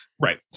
right